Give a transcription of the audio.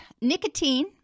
Nicotine